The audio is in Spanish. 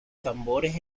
tambores